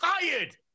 tired